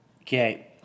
Okay